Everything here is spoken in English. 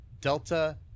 Delta